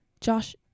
Josh